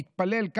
מתפלל,